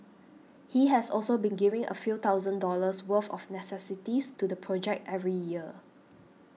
he has also been giving a few thousand dollars worth of necessities to the project every year